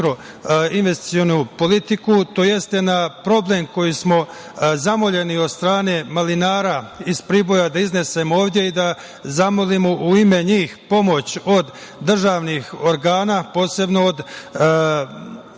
na mikro-investicionu politiku, tj. na problem koji smo zamoljeni od strane malinara iz Priboja da iznesemo ovde i da zamolimo u ime njih pomoć od državnih organa, posebno od